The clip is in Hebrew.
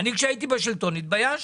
כשהייתי בשלטון התביישתי.